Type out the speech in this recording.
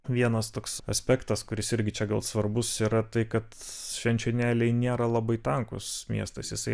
vienas toks aspektas kuris irgi čia gal svarbus yra tai kad švenčionėliai nėra labai tankus miestas jisai